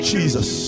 Jesus